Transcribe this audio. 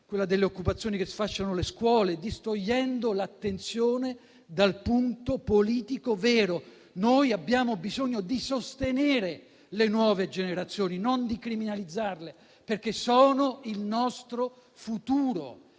*rave*, delle occupazioni, di quelli che sfasciano le scuole. In tal modo distogliete l'attenzione dal punto politico vero: noi abbiamo bisogno di sostenere le nuove generazioni, non di criminalizzarle, perché sono il nostro futuro.